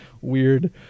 weird